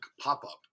pop-up